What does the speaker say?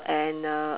and uh